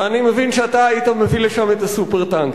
אני מבין שאתה היית מביא לשם את ה"סופר-טנקר".